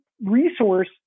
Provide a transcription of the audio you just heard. resource